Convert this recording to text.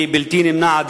גם היא בלתי נמנעת,